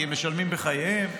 כי הם משלמים בחייהם,